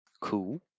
cool